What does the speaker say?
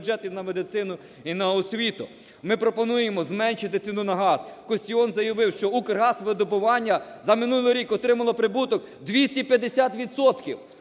на медицину, і на освіту. Ми пропонуємо зменшити ціну на газ. Кістіон заявив, що "Укргазвидобування" за минулий рік отримало прибуток 250